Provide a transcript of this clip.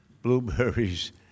blueberries